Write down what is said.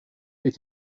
ait